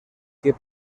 que